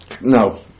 No